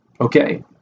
Okay